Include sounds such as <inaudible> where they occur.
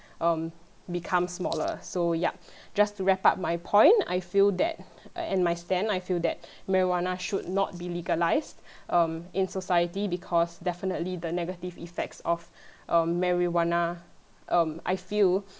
<breath> um become smaller so yup <breath> just to wrap up my point I feel that and my stand I feel that <breath> marijuana should not be legalized <breath> um in society because definitely the negative effects of <breath> um marijuana um I feel